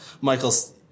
Michael's